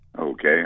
Okay